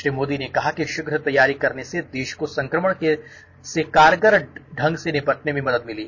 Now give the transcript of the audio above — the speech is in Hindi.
श्री मोदी ने कहा कि शीघ्र तैयारी करने से देश को संक्रमण से कारगर ढंग से निपटने में मदद मिली